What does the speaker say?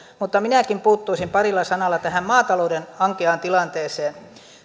minäkin puuttuisin parilla sanalla tähän maatalouden ankeaan tilanteeseen